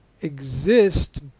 exist